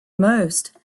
most